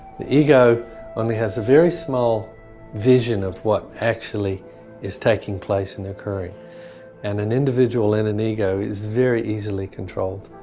the ego only has a very small vision of what actually is taking place and occurring, and an individual and an ego is very easily controlled,